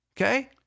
okay